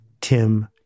Tim